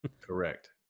Correct